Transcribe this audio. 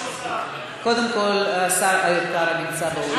קודם כול, השר התורן נמצא באולם.